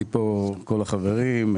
איתי פה כל החברים,